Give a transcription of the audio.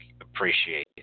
appreciate